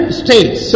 states